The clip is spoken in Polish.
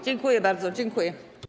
Dziękuję bardzo, dziękuję.